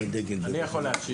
אני יכול להשיב.